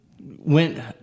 went